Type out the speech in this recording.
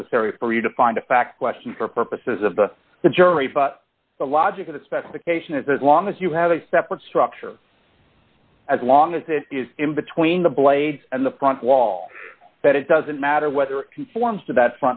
necessary for you to find a fact question for purposes of the jury but the logic of the specification is as long as you have a separate structure as long as it is in between the blades and the front wall that it doesn't matter whether it conforms to that